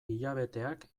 hilabeteak